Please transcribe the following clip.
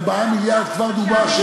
4 מיליארד כבר דובר,